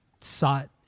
sought